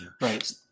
Right